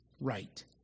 right